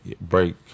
break